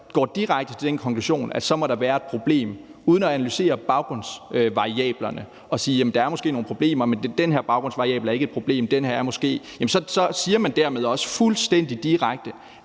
går direkte til den konklusion, at så må der være et problem, uden at analysere baggrundsvariablerne og uden at sige, at der måske er nogle problemer, men at en bestemt baggrundsvariabel er ikke et problem, mens en anden måske er, så siger man dermed også fuldstændig direkte,